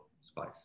spice